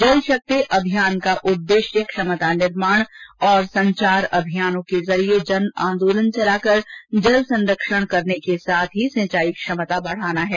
जल शक्ति अभियान का उद्देश्य क्षमता निर्माण और संचार अभियानों के जरिए जन आंदोलन चला कर जल संरक्षण करने के साथ ही सिंचाई क्षमता बढाना है